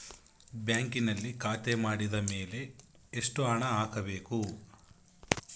ಬ್ಯಾಂಕಿನಲ್ಲಿ ಖಾತೆ ಮಾಡಿದ ಮೇಲೆ ಎಷ್ಟು ಹಣ ಹಾಕಬೇಕು?